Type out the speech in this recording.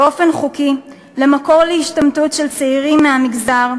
באופן חוקי, למקור להשתמטות של צעירים מהמגזר,